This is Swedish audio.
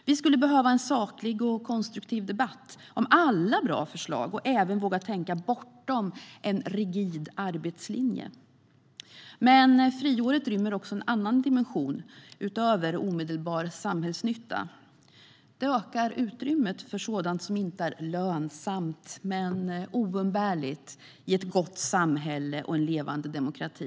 Vi skulle behöva en saklig och konstruktiv debatt om alla bra förslag och även våga tänka bortom en rigid arbetslinje. Friåret rymmer också en annan dimension, utöver omedelbar samhällsnytta. Det ökar utrymmet för sådant som inte är så kallat lönsamt men oumbärligt i ett gott samhälle och en levande demokrati.